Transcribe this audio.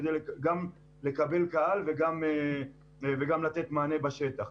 גם כדי לקבל קהל וגם לתת מענה בשטח.